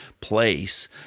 place